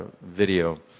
video